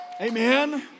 Amen